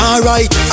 Alright